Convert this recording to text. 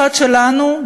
אחת שלנו,